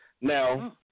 Now